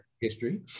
history